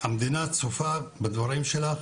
המדינה צופה בדברים שלך.